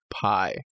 pie